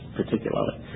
particularly